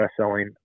bestselling